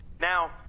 Now